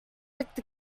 looked